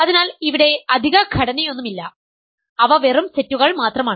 അതിനാൽ ഇവിടെ അധിക ഘടനയൊന്നുമില്ല അവ വെറും സെറ്റുകൾ മാത്രമാണ്